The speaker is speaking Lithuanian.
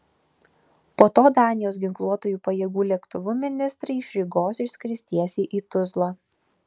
po to danijos ginkluotųjų pajėgų lėktuvu ministrai iš rygos išskris tiesiai į tuzlą